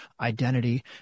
identity